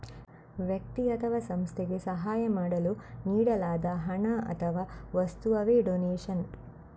ವ್ಯಕ್ತಿ ಅಥವಾ ಸಂಸ್ಥೆಗೆ ಸಹಾಯ ಮಾಡಲು ನೀಡಲಾದ ಹಣ ಅಥವಾ ವಸ್ತುವವೇ ಡೊನೇಷನ್